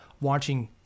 watching